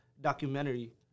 documentary